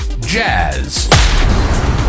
Jazz